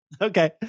Okay